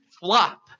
flop